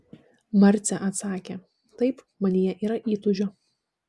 marcė atsakė taip manyje yra įtūžio